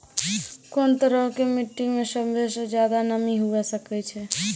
कोन तरहो के मट्टी मे सभ्भे से ज्यादे नमी हुये सकै छै?